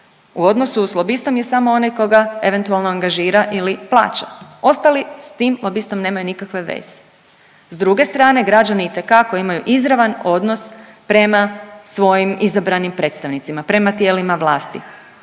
u odnosu s lobistom je samo onaj koga eventualno angažira ili plaća, ostali s tim lobistom nemaju nikakve veze. S druge strane građani itekako imaju izravan odnos prema svojim izabranim predstavnicima, prema tijelima vlasti,